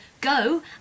go